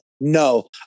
No